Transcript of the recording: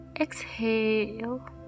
exhale